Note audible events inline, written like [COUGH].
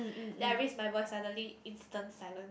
[BREATH] then I raise my voice suddenly instant silence